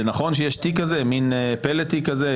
זה נכון שיש פלט תיק כזה?